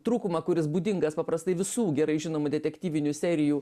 trūkumą kuris būdingas paprastai visų gerai žinomų detektyvinių serijų